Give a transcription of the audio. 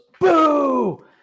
boo